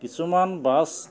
কিছুমান বাছ